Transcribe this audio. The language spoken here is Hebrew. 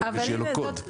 מחכים שיהיה לו קוד.